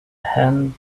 hand